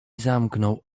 zamknął